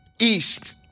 East